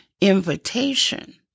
invitation